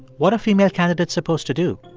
what are female candidate supposed to do?